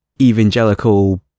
evangelical